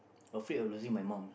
afraid of losing my mum